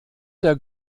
der